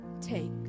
take